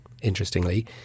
interestingly